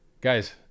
guys